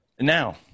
now